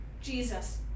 Jesus